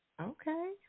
Okay